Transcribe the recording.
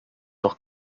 doch